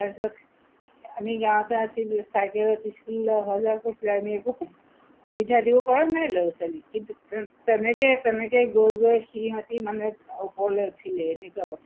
তাৰপিছত আমি গাঁৱতে আছিলোঁ চাইকেলত স্কুললৈ অহা যোৱা কৰিছিলে আমি একো সুবিধা দিব পৰা নাই ল'ৰা ছোৱালীক কিন্তু তেনেকৈ তেনেকৈ গৈ গৈ সিহঁতি মানে ওপৰলৈ উঠিলে এনেকুৱা কথা